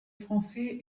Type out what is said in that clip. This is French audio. français